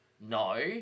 no